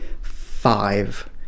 five